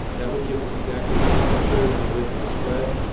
that would give us exactly one third the width of the spread,